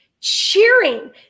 cheering